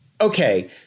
okay